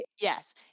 yes